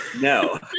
No